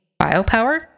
Biopower